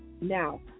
Now